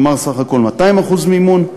כלומר בסך הכול 200% מימון,